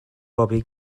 bobby